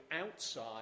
outside